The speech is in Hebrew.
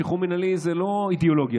שחרור מינהלי זה לא אידיאולוגיה,